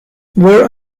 were